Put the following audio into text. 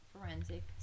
forensic